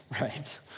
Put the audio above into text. right